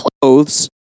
clothes